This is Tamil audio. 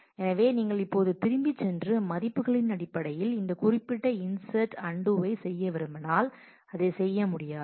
எனவே நீங்கள் இப்போது திரும்பிச் சென்று மதிப்புகளின் அடிப்படையில் இந்த குறிப்பிட்ட இன்சட் அன்டூவை செய்ய விரும்பினால் அதை செய்ய முடியாது